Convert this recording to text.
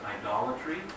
idolatry